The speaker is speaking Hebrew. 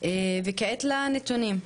וכעת לנתונים.